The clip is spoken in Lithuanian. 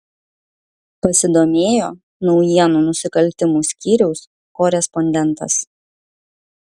pasidomėjo naujienų nusikaltimų skyriaus korespondentas